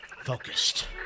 focused